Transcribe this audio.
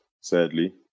sadly